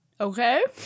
Okay